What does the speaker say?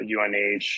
UNH